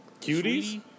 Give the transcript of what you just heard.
Cuties